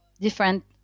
different